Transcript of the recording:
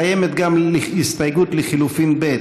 קיימת גם הסתייגות לחלופין ב'.